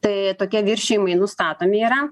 tai tokie viršijimai nustatomi yra